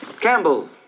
Campbell